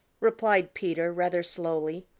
replied peter rather slowly.